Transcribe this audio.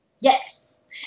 Yes